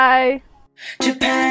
Bye